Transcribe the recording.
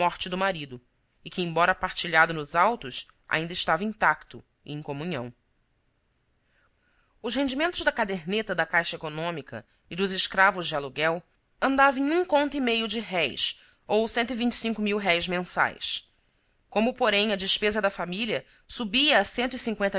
morte do marido e que embora partilhado nos autos ainda estava intacto e em comunhão o rendimento da caderneta da caixa econômica e dos escravos de aluguel andava em um conto e meio de réis ou omo porém a despesa da família subia